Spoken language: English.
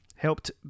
helped